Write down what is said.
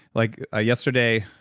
like ah yesterday,